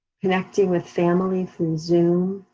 connecting with family through zoom.